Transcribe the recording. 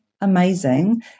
amazing